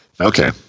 okay